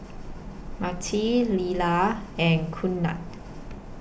Marti Lilla and Knute